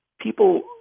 people